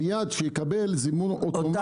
מיד יקבל זימון אוטומטי.